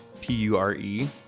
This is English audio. p-u-r-e